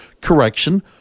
correction